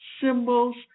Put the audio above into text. symbols